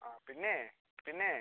ആ പിന്നേ പിന്നേ